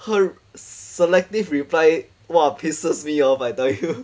her selective reply !wah! pisses me off I tell you